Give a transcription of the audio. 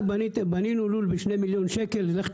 בנינו לול בשני מיליון שקל, שהוא